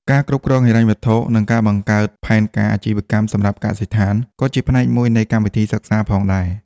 ការគ្រប់គ្រងហិរញ្ញវត្ថុនិងការបង្កើតផែនការអាជីវកម្មសម្រាប់កសិដ្ឋានក៏ជាផ្នែកមួយនៃកម្មវិធីសិក្សាផងដែរ។